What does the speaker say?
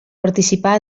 participar